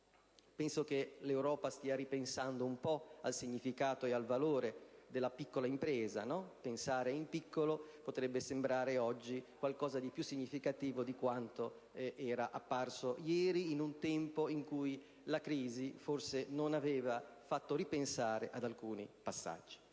Penso che l'Europa stia ripensando un po' al significato e al valore della piccola impresa. Pensare in piccolo potrebbe sembrare oggi qualcosa di più significativo di quanto era apparso ieri, in un tempo in cui la crisi, forse, non aveva fatto ripensare ad alcuni passaggi.